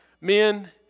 Men